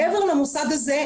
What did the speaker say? מעבר למוסד הזה,